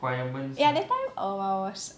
ya err that time I was